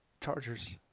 Chargers